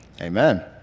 Amen